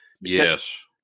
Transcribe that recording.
Yes